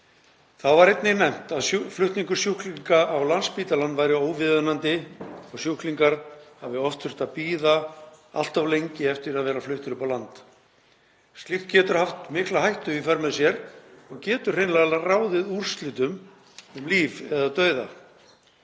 Þá var einnig nefnt að flutningur sjúklinga á Landspítalann væri óviðunandi og að sjúklingar hafi oft þurft að bíða allt of lengi eftir að vera fluttir upp á land. Slíkt getur haft mikla hættu í för með sér og getur hreinlega ráðið úrslitum um líf eða dauða.